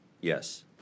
Yes